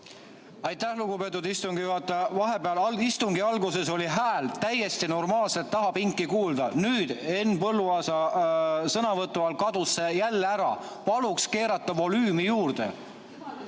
Aitäh, lugupeetud istungi juhataja! Vahepeal, istungi alguses oli hääl täiesti normaalselt ka tagapinki kuulda. Nüüd Henn Põlluaasa sõnavõtu ajal kadus jälle see ära. Paluks keerata volüümi juurde!